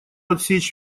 отсечь